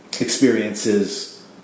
experiences